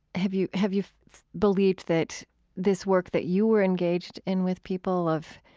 have you have you believed that this work that you were engaged in with people of